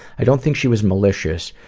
i don't think she was malicious.